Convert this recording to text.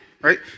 right